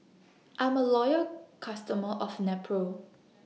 I'm A Loyal customer of Nepro